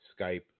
Skype